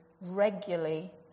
regularly